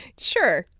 sure.